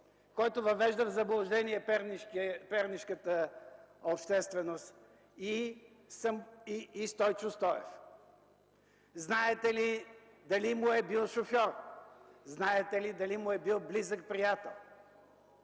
който въвежда в заблуждение пернишката общественост, и Стойчо Стоев? Знаете ли дали му е бил шофьор?! Знаете ли дали му е бил близък приятел?